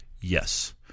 Yes